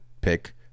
pick